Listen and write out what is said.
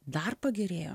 dar pagerėjo